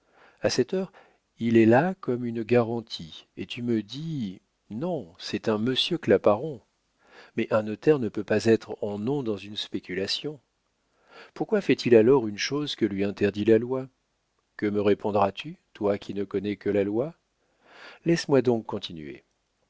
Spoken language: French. a cette heure il est là comme une garantie et tu me dis non c'est un monsieur claparon mais un notaire ne peut pas être en nom dans une spéculation pourquoi fait-il alors une chose que lui interdit la loi que me répondras-tu toi qui ne connais que la loi laisse-moi donc continuer